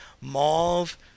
Mauve